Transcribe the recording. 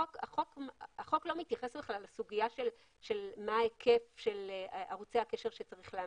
החוק לא מתייחס בכלל לסוגיה של מה היקף ערוצי הקשר שצריך להעמיד.